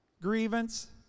grievance